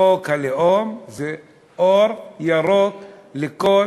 חוק הלאום הוא אור ירוק לכל